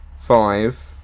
five